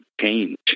change